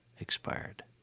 expired